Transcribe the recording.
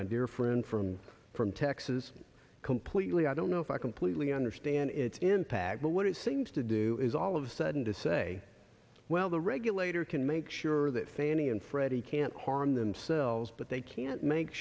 my dear friend from from texas completely i don't know if i completely understand its impact but what it seems to do is all of sudden to say well the regulator can make sure that fannie and freddie can't harm themselves but they can't make